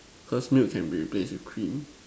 cause milk can replace with cream